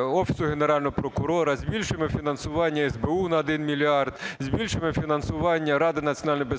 Офісу Генерального прокурора, збільшуємо фінансування СБУ на 1 мільярд, збільшуємо фінансування Ради національної безпеки